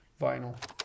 vinyl